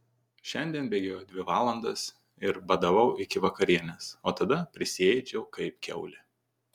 šiandien bėgiojau dvi valandas ir badavau iki vakarienės o tada prisiėdžiau kaip kiaulė